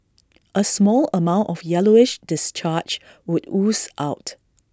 A small amount of yellowish discharge would ooze out